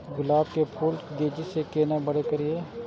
गुलाब के फूल के तेजी से केना बड़ा करिए?